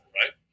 right